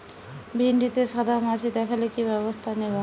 ভিন্ডিতে সাদা মাছি দেখালে কি ব্যবস্থা নেবো?